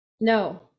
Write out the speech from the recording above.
no